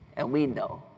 and we know.